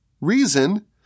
reason